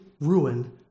ruin